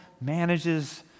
manages